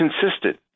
consistent